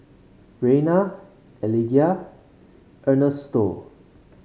Rayna Eligah Ernesto